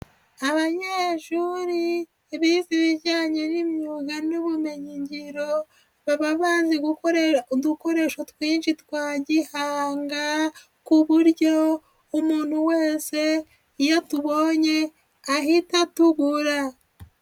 Abanyeshuri bize ibijyanye n'imyuga n'ubumenyigiro, baba bazi gukora udukoresho twinshi twa gihanga, ku buryo umuntu wese iyo tubonye ahita tubura.